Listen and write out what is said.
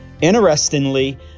Interestingly